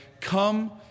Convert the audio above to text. come